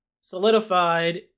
solidified